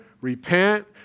repent